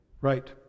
Right